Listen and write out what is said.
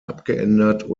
abgeändert